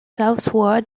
southward